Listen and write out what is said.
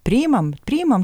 priimam priimam